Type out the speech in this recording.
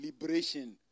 liberation